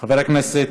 חבר הכנסת